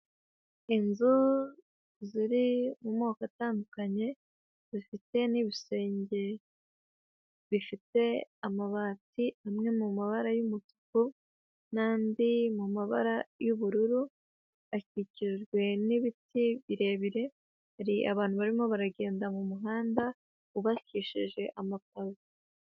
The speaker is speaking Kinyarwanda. Inzu ziri mu moko atandukanye zifite n'ibisenge bifite amabati amwe mu mabara y'umutuku n'andi mu mabara y'ubururu akikijwe n'ibiti birebire, hari abantu barimo baragenda mu muhanda wubakishije amapave.